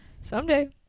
someday